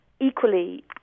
equally